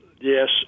Yes